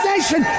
nation